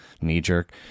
knee-jerk